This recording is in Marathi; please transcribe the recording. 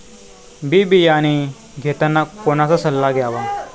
बी बियाणे घेताना कोणाचा सल्ला घ्यावा?